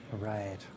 Right